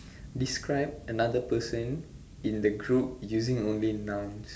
describe another person in the group using only nouns